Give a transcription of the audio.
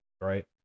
right